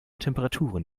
temperaturen